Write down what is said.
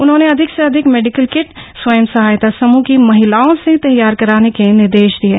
उन्होंने अधिक से अधिक मेडिकल किट स्वंय सहायता समूह की महिलाओं से तैयार कराने के निर्देश दियें